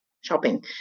shopping